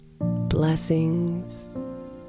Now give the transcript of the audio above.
Blessings